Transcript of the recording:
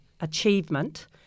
achievement